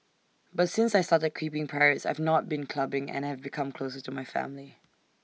but since I started keeping parrots I've not been clubbing and have become closer to my family